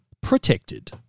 protected